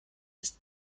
isst